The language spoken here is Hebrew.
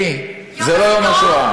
תירגעי, זה לא יום השואה.